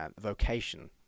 vocation